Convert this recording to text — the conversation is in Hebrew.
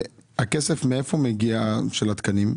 מאיפה מגיע הכסף של התקנים?